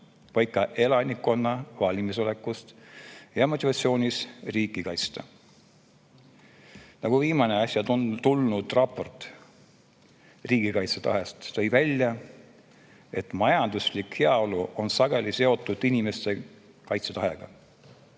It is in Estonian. vaid ka elanikkonna valmisolekust ja motivatsioonist riiki kaitsta. Viimane, äsja tulnud raport riigikaitsetahtest tõi välja, et majanduslik heaolu on sageli seotud inimeste kaitsetahtega.